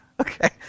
Okay